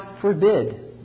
forbid